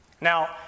Now